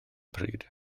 pryd